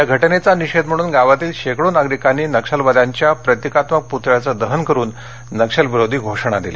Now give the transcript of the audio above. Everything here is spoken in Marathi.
या घटनेचा निषेध म्हणून गावातील शेकडो नागरिकांनी नक्षलवाद्यांच्या प्रतिकात्मक पुतळ्याचे दहन करुन नक्षलविरोधी घोषणा दिल्या